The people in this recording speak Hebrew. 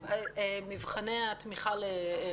לנושא של התמיכות.